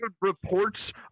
reports